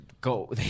go